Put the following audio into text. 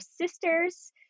sisters